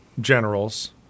generals